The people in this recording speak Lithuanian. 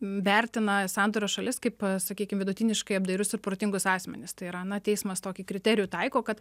vertina sandorio šalis kaip sakykim vidutiniškai apdairius ir protingus asmenis tai yra na teismas tokį kriterijų taiko kad